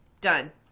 Done